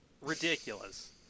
ridiculous